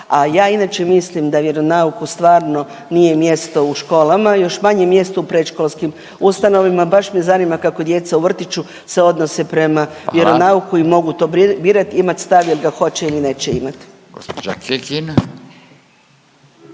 a ja inače mislim da vjeronauku stvarno nije mjesto u školama još manje mjesto u predškolskim ustanovama i baš me zanima kako djeca u vrtiću se odnose prema vjeronauku i … …/Upadica Furio Radin: Hvala./… … mogu to birati, imat